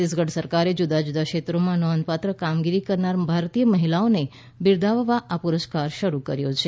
છત્તીસગઢ સરકારે જુદા જુદા ક્ષેત્રોમાં નોંધપાત્ર કામગીરી કરનાર ભારતીય મહિલાઓને બિરદાવવા આ પુરસ્કાર શરૂ કર્યો છે